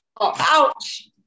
ouch